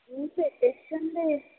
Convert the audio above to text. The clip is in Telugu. పెట్టించండి